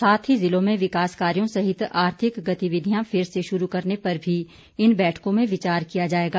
साथ ही ज़िलों में विकास कार्यों सहित आर्थिक गतिविधियां फिर से शुरू करने पर भी इन बैठकों में विचार किया जाएगा